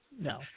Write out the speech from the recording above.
No